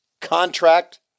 contract